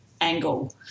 angle